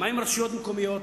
מה עם הרשויות המקומיות?